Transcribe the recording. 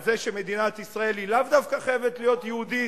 על זה שמדינת ישראל היא לאו דווקא חייבת להיות יהודית,